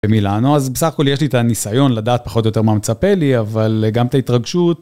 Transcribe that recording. במילאנו, אז בסך הכל יש לי את הניסיון לדעת פחות או יותר מה מצפה לי, אבל גם את ההתרגשות.